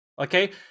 okay